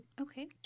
Okay